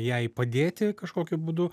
jai padėti kažkokiu būdu